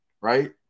right